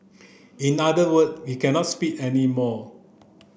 in other word we cannot speak anymore